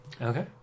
Okay